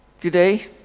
today